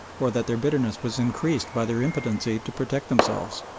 or that their bitterness was increased by their impotency to protect themselves.